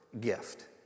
gift